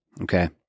okay